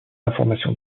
informations